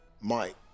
Mike